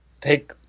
take